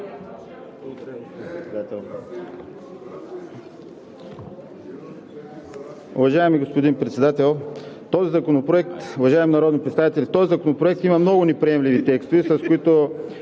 Уважаеми господин Председател, уважаеми народни представители! В този законопроект има много неприемливи текстове, с които